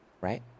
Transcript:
Right